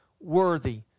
worthy